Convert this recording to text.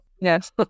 Yes